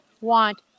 want